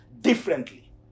differently